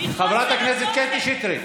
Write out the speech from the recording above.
חברת הכנסת קטי שטרית,